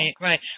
right